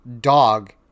dog